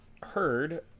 heard